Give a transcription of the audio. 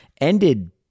Ended